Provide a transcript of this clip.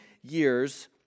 years